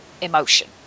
emotion